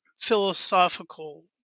philosophical